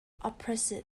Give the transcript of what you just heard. oppressive